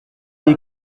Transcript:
les